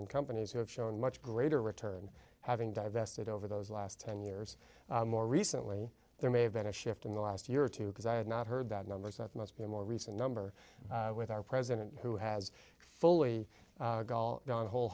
and companies who have shown much greater return having divested over those last ten years more recently there may have been a shift in the last year or two because i have not heard that numbers that must be a more recent number with our president who has fully gall whole